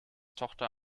tochter